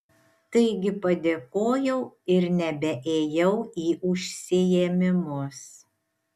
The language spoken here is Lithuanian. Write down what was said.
taigi padėkojau ir nebeėjau į užsiėmimus